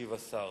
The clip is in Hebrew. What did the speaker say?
ישיב השר.